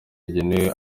igenewe